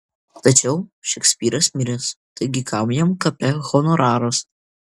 tačiau šekspyras miręs taigi kam jam kape honoraras